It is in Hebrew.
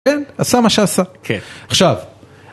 כן, עשה מה שעשה. כן. עכשיו.